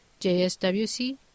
JSWC